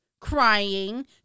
crying